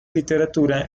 literatura